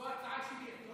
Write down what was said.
זו ההצעה שלי.